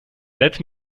let